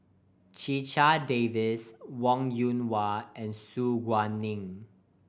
Checha Davies Wong Yoon Wah and Su Guaning